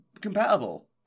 compatible